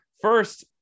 first